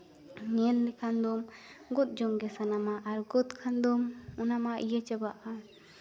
ᱧᱮᱞ ᱞᱮᱠᱷᱟᱱ ᱫᱚᱢ ᱜᱚᱫ ᱡᱚᱝ ᱜᱮ ᱥᱟᱱᱟᱢᱟ ᱟᱨ ᱜᱚᱫ ᱠᱷᱟᱱ ᱫᱚᱢ ᱚᱱᱟ ᱢᱟ ᱤᱭᱟᱹ ᱪᱟᱵᱟᱜᱼᱟ